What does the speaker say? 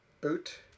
Boot